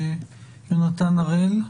יונתן הראל,